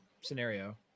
scenario